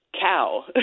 cow